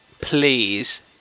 please